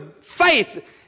faith